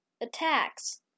attacks